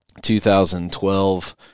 2012